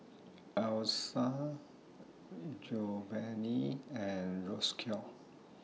Essa Giovani and Roscoe